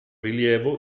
rilievo